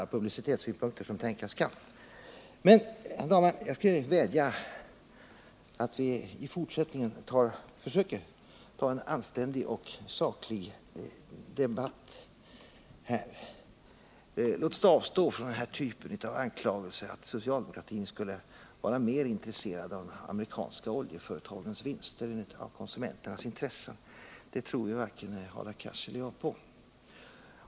Jag skall lämna den frågan och i stället vädja till handelsministern om att vi i fortsättningen skall föra en anständig och saklig debatt om det här ärendet. Låt oss avstå från den typ av anklagelser som går ut på att socialdemokratin skulle vara mer intresserad av de amerikanska oljeföretagens vinster än av konsumenternas intressen, för det tror ju varken Hadar Cars eller jag på.